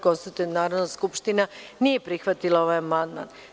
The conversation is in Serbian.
Konstatujem da Narodna skupština nije prihvatila ovaj amandman.